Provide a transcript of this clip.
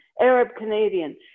Arab-Canadian